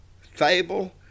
fable